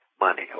money